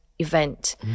Event